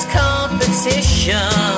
competition